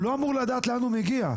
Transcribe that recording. לא אמור לדעת לאן הוא מגיע,